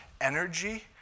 energy